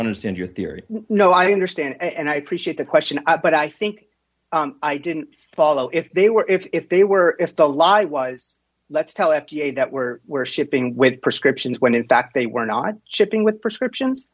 want to stand your theory no i understand and i appreciate the question but i think i didn't follow if they were if they were if the law i was let's tell f d a that were we're shipping with prescriptions when in fact they were not shipping with prescriptions